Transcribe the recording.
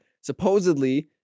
supposedly